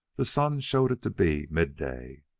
the sun showed it to be midday.